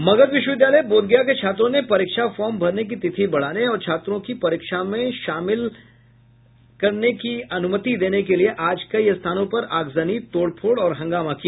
मगध विश्वविद्यालय बोधगया के छात्रों ने परीक्षा फॉर्म भरने की तिथि बढ़ाने और छात्रों को परीक्षा में भाग लेने की अनुमति देने के लिए आज कई स्थानों पर अगजनी तोड़ फोड़ और हंगामा किया